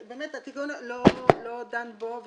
התיקון לא דן בו.